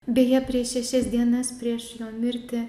beje prieš šešias dienas prieš jo mirtį